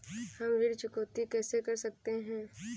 हम ऋण चुकौती कैसे कर सकते हैं?